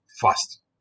fast